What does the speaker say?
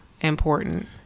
important